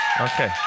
Okay